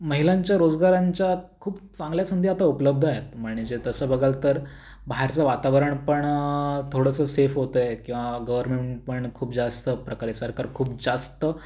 महिलांच्या रोजगारांच्या खूप चांगल्या संधी आता उपलब्ध आहेत म्हणजे तसं बघाल तर बाहेरचं वातावरण पण थोडंसं सेफ होतं आहे किंवा गव्हर्मेंट पण खूप जास्त प्रकारे सरकार खूप जास्त